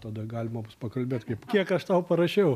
tada galima bus pakalbėt kaip kiek aš tau parašiau